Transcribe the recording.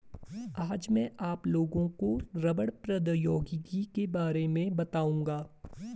आज मैं आप लोगों को रबड़ प्रौद्योगिकी के बारे में बताउंगा